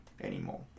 anymore